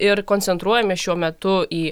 ir koncentruojamės šiuo metu į